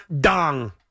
Dong